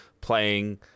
playing